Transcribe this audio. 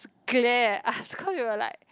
glare at us cause we were like